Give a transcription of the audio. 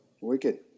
Wicked